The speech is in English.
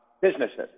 businesses